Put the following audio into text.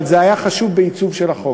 אבל זה היה חשוב בעיצוב של החוק,